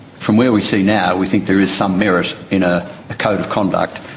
from where we sit now, we think there is some merit in a code of conduct,